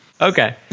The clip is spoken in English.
Okay